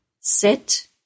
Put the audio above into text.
sit